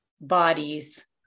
bodies